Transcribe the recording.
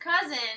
cousin